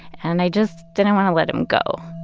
and i just didn't want to let him go.